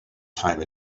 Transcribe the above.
time